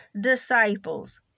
disciples